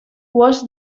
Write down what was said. was